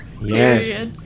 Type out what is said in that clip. Yes